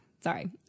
Sorry